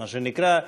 מה שנקרא.